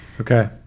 Okay